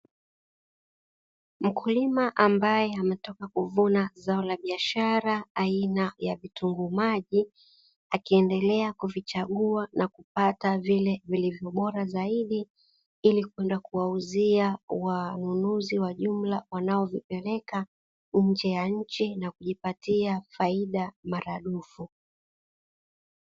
Mkulima ambaye ametoka kuvuna zao la biashara aina ya vitunguu maji, akiendelea kuvichagua na kupata vile vilivyo bora zaidi ili kwenda kuwauzia wanunuzi wa jumla wanaovipeleka nje ya nchi na kujipatia faida maradufu.